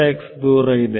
ನಮಗೆ ತಿಳಿದಿದೆ